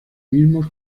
mismos